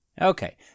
Okay